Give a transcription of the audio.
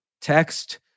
text